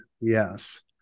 Yes